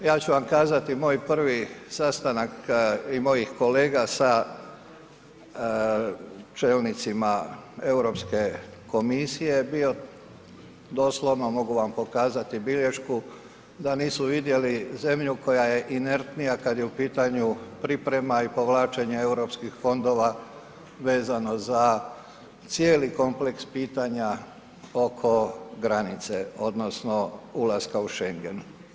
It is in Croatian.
Ja ću vam kazati moj prvi sastanak i mojih kolega se čelnicima Europske komisije doslovno, mogu vam pokazati bilješku da nisu vidjelu zemlju koja je inertnija kad je u pitanju priprema i povlačenje europskih fondova vezano za cijeli kompleks pitanja oko granice odnosno ulaska u Schengen.